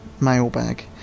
mailbag